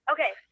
Okay